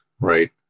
Right